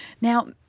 Now